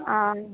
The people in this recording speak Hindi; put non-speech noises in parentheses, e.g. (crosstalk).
(unintelligible)